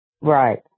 Right